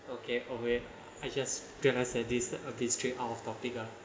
okay oh wait I just going say this this stray out of topic ah